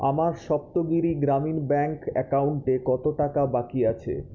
আমার সপ্তগিরি গ্রামীণ ব্যাংক অ্যাকাউন্টে কতো টাকা বাকি আছে